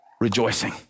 rejoicing